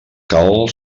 cal